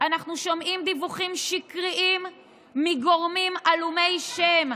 אנחנו שומעים דיווחים שקריים מגורמים עלומי שם.